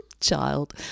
child